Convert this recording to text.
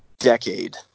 Decade